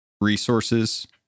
resources